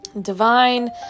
divine